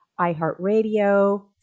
iHeartRadio